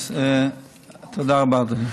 אז תודה רבה, אדוני.